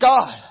God